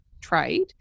trade